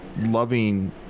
loving